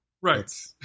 right